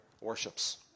worships